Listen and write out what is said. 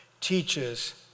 teaches